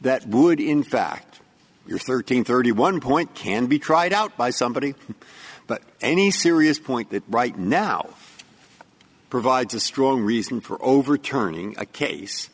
that would in fact you're thirteen thirty one point can be tried out by somebody but any serious point that right now provides a strong reason for overturning a case